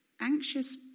anxious